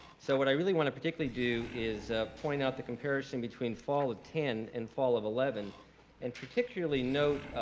so what i really wanna particularly do is point out the comparison between fall of ten and fall of eleven and particularly note,